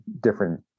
different